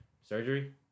surgery